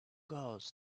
goes